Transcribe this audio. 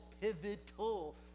Pivotal